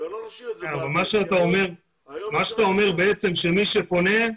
מה שאתה אומר זה שמי שפונה,